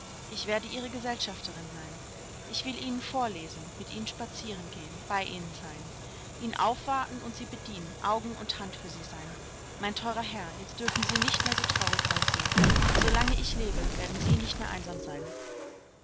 ich werde ihre gesellschafterin sein ich will ihnen vorlesen mit ihnen spazieren gehen bei ihnen sein ihnen aufwarten und sie bedienen augen und hand für sie sein mein teurer herr jetzt dürfen sie nicht mehr so traurig aussehen so lange ich lebe werden sie nicht mehr einsam sein